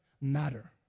matter